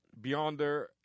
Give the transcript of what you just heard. Beyonder